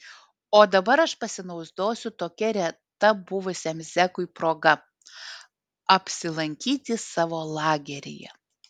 o dabar aš pasinaudosiu tokia reta buvusiam zekui proga apsilankyti savo lageryje